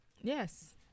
Yes